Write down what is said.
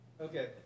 Okay